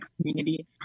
community